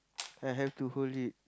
I have to hold it